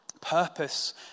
Purpose